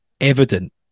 evident